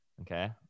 Okay